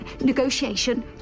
Negotiation